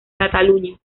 cataluña